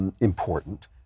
important